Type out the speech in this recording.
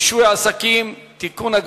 רישוי עסקים (תיקון,